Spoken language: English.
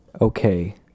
okay